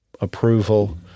approval